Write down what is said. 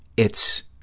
it's,